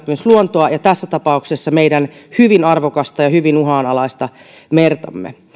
myös luontoa ja tässä tapauksessa meidän hyvin arvokasta ja hyvin uhanalaista mertamme